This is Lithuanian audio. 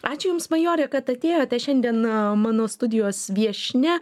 ačiū jums majore kad atėjote šiandien mano studijos viešnia